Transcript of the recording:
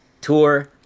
tour